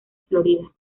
florida